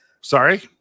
Sorry